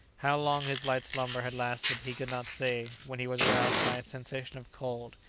how long his light slumber had lasted he could not say, when he was aroused by a sensation of cold.